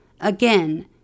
again